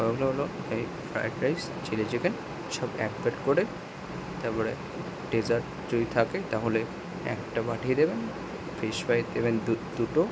ওগুলো হলো এই রাইস চিলি চিকেন সব এক প্লেট করে তারপরে ডেসার্ট যদি থাকে তাহলে একটা পাঠিয়ে দেবেন ফ্রিশ ফ্রাই দেবেন দুটো